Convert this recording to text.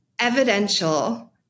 evidential